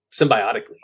symbiotically